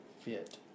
fit